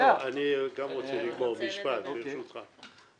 אני גם רוצה לגמור משפט, ברשותך.